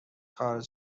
خارج